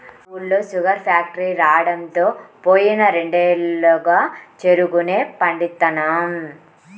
మా ఊళ్ళో sugar factory రాడంతో పోయిన రెండేళ్లుగా చెరుకునే పండిత్తన్నాం